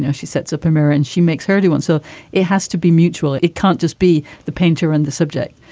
yeah she sets up a mirror and she makes her do one. so it has to be mutual. it can't just be the painter and the subject.